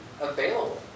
available